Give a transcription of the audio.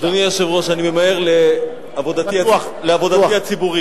אדוני היושב-ראש, אני ממהר לעבודתי הציבורית.